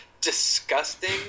disgusting